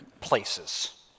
places